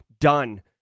done